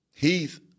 Heath